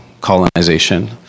colonization